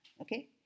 Okay